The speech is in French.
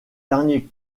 dernier